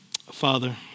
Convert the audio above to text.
Father